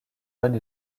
bonne